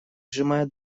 сжимая